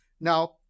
Now